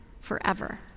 forever